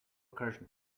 recursion